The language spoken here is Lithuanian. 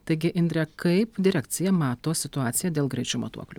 taigi indre kaip direkcija mato situaciją dėl greičio matuoklių